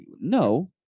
no